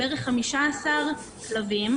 בכלוב אחד היו כ-15 כלבים,